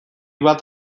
bat